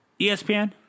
ESPN